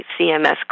CMS